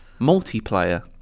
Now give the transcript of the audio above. Multiplayer